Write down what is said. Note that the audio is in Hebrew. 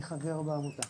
אני חבר בעמותה.